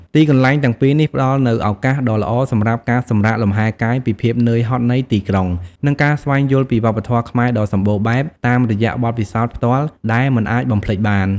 ទីកន្លែងទាំងពីរនេះផ្តល់នូវឱកាសដ៏ល្អសម្រាប់ការសម្រាកលំហែកាយពីភាពនឿយហត់នៃទីក្រុង និងការស្វែងយល់ពីវប្បធម៌ខ្មែរដ៏សម្បូរបែបតាមរយៈបទពិសោធន៍ផ្ទាល់ដែលមិនអាចបំភ្លេចបាន។